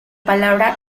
palabra